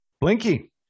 Blinky